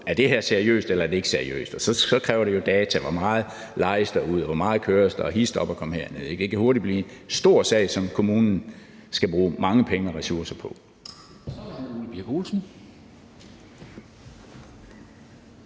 om det her er seriøst eller ikke seriøst, og så kræver det jo data, med hensyn til hvor meget der lejes ud, hvor meget der køres, og histop og kom herned. Det kan hurtigt blive en stor sag, som kommunen skal bruge mange penge og ressourcer på.